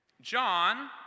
John